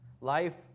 life